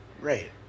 Right